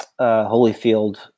Holyfield